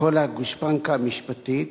כל הגושפנקה המשפטית.